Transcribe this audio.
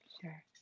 Sure